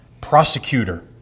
prosecutor